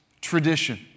tradition